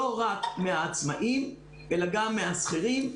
לא רק מהעצמאים אלא גם מהשכירים,